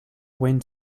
went